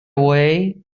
away